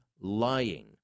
lying